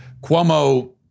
Cuomo